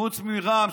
חוץ מרע"מ,